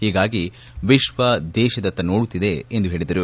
ಹೀಗಾಗಿ ವಿಶ್ವ ದೇಶದತ್ತ ನೋಡುತ್ತಿದೆ ಎಂದು ಹೇಳಿದರು